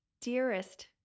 dearest